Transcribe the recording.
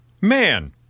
Man